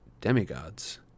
demigods